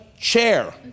chair